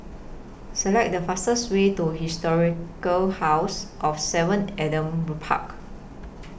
Select The fastest Way to Historic House of seven Adam Park